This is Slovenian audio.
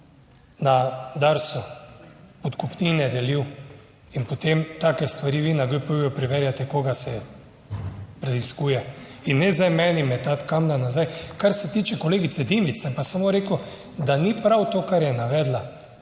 na Darsu podkupnine delil in potem take stvari in vi na GP preverjate koga se preiskuje. In ne zdaj meni metati kamna nazaj. Kar se tiče kolegice Dimic, sem pa samo rekel, da ni prav to, kar je navedla,